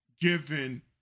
given